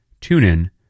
TuneIn